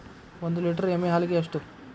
ಒಂದು ಲೇಟರ್ ಎಮ್ಮಿ ಹಾಲಿಗೆ ಎಷ್ಟು?